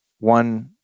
one